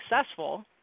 successful –